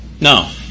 No